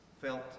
felt